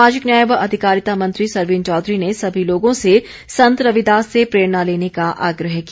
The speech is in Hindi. सामाजिक न्याय व अधिकारिता मंत्री सरवीण चौधरी ने सभी लोगों से संत रविदास से प्रेरणा लेने का आग्रह किया